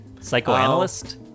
psychoanalyst